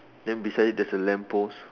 then beside it there's a lamp post